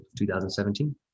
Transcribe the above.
2017